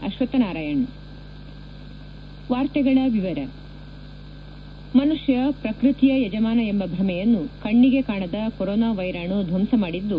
ಅಶ್ವಥ್ ನಾರಾಯಣ್ ಮನುಷ್ಯ ಪ್ರಕೃತಿಯ ಯಜಮಾನ ಎಂಬ ಭ್ರಮೆಯನ್ನು ಕಣ್ಣಿಗೆ ಕಾಣದ ಕೊರೋನಾ ವ್ಲೆರಾಣು ಧ್ಲಂಸ ಮಾಡಿದ್ದು